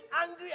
angry